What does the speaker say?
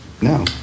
No